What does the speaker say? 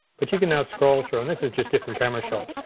but you can now scroll through, and this is just different camera shots.